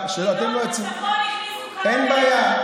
אין בעיה.